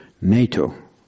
NATO